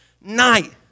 night